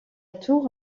tour